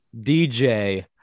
DJ